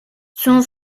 son